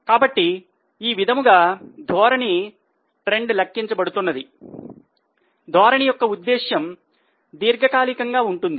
కాబట్టి ఈ విధముగా ధోరణి లెక్కించబడుతుంది ధోరణి యొక్క ఉద్దేశ్యం దీర్ఘకాలికంగా ఉంటుంది